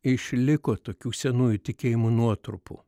išliko tokių senųjų tikėjimų nuotrupų